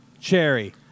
Cherry